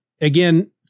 again